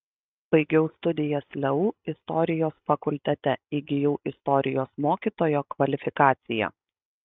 baigiau studijas leu istorijos fakultete įgijau istorijos mokytojo kvalifikaciją